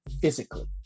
physically